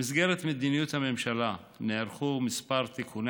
במסגרת מדיניות הממשלה נערכו כמה תיקוני